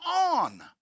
on